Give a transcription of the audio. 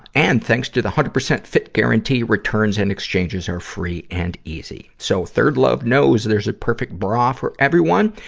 and, thanks to the one hundred percent fit guarantee, returns and exchanges are free and easy. so, third love knows there's a perfect bra for everyone.